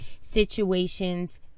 situations